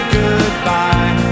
goodbye